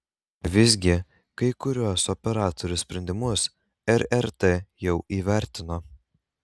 visgi kai kuriuos operatorių sprendimus rrt jau įvertino